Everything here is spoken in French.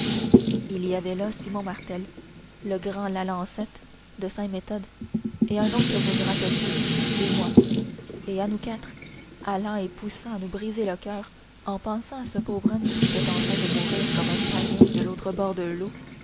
il y avait là simon martel le grand lalancette de saint méthode un autre que je ne me rappelle plus et moi et à nous quatre halant et poussant à nous briser le coeur en pensant à ce pauvre homme qui était en train de mourir comme un païen de l'autre bord de l'eau